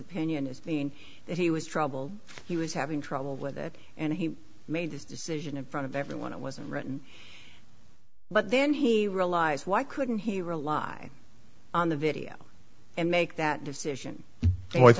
opinion as being that he was troubled he was having trouble with it and he made this decision in front of everyone it wasn't written but then he realized why couldn't he rely on the video and make that decision